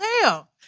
hell